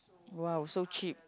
!wow! so cheap